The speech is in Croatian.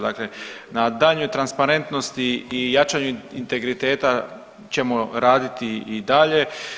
Dakle, na daljnjoj transparentnosti i jačanju integriteta ćemo raditi i dalje.